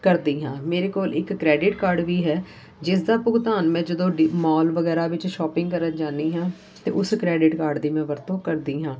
ਕਰਦੀ ਹਾਂ ਮੇਰੇ ਕੋਲ ਇੱਕ ਕ੍ਰੈਡਿਟ ਕਾਰਡ ਵੀ ਹੈ ਜਿਸ ਦਾ ਭੁਗਤਾਨ ਮੈਂ ਜਦੋਂ ਡੀ ਮੋਲ ਵਗੈਰਾ ਵਿੱਚ ਸ਼ੋਪਿੰਗ ਕਰਨ ਜਾਂਦੀ ਹਾਂ ਤਾਂ ਉਸ ਕ੍ਰੈਡਿਟ ਕਾਰਡ ਦੀ ਮੈਂ ਵਰਤੋਂ ਕਰਦੀ ਹਾਂ